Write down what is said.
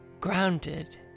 grounded